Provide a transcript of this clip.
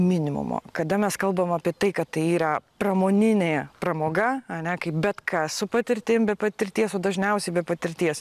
minimumo kada mes kalbam apie tai kad tai yra pramoninė pramoga ane kaip bet kas su patirtim be patirties o dažniausiai be patirties